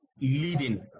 leading